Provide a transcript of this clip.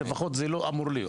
לפחות זה לא אמור להיות.